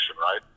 right